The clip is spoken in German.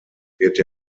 wird